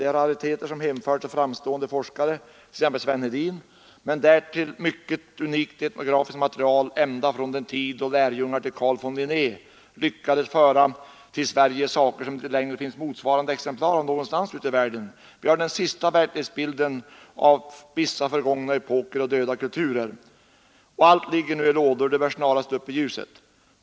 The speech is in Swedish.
Det är rariteter som hemförts av framstående forskare, t.ex. Sven Hedin, men därtill mycket unikt etnografiskt material ända från den tid då lärjungar till Carl von Linné lyckades föra till Sverige saker som det inte längre finns motsvarande exemplar av någonstans ute i världen. Vi har den sista verklighetsbilden av vissa förgångna epoker och döda kulturer. Allt ligger i lådor nu. Det bör snarast upp i ljuset.